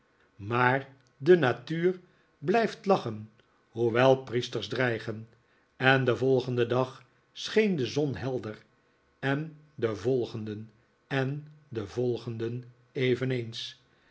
maar de natuur blijft lachen hoewel priesters dreigen en den volgenden dag scheen de zon helder en den volgenden en den volgenden eveneens